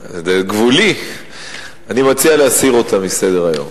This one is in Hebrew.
מציע, גבולי, להסיר אותה מסדר-היום.